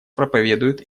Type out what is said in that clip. проповедует